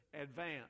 advance